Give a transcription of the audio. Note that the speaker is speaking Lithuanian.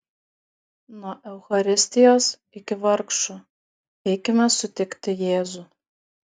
nuo eucharistijos iki vargšų eikime sutikti jėzų